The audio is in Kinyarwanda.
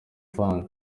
fund